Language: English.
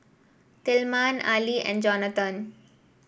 Tilman Ali and Jonathon